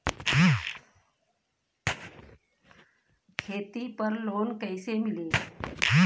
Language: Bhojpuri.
खेती पर लोन कईसे मिली?